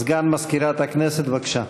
סגן מזכירת הכנסת, בבקשה.